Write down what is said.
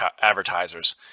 advertisers